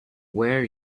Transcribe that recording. were